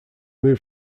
moved